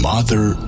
Mother